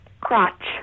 Crotch